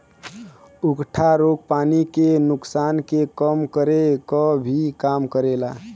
उकठा रोग पानी के नुकसान के कम करे क भी काम करेला